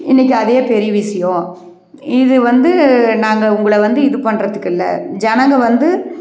இன்றைக்கி அதே பெரிய விஷயம் இதுவந்து நாங்கள் உங்களை வந்து இது பண்றதுக்கில்லை ஜனங்கள் வந்து